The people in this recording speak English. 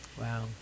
Wow